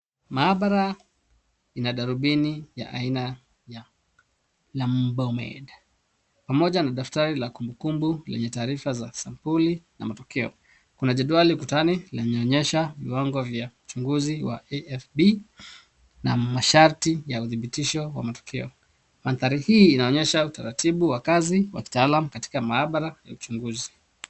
Maabara ina darubini ya aina ya Labomed pamoja na daftari la kumbuku lenye taarifa za sampuli na matokeo. Kuna jedwali ukutani inayoonyesha viwango vya uchunguzi wa AFB na masharti ya udhibitisho wa matokeo. Mandhari hii inaonyesha utaratibu wa kazi wa kitaalam katika maabara ya uchunguzi.